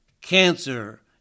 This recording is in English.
cancer